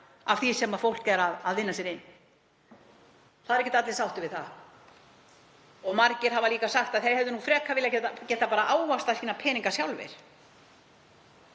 af því sem fólk er að vinna sér inn. Það eru ekki allir sáttir við það. Margir hafa líka sagt að þeir hefðu frekar viljað getað ávaxtað sína peninga sjálfir.